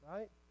Right